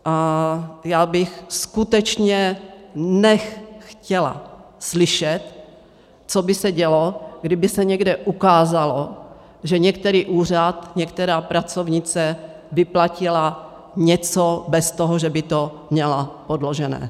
A já bych skutečně chtěla slyšet, co by se dělo, kdyby se někde ukázalo, že některý úřad, některá pracovnice vyplatila něco bez toho, že by to měla podložené.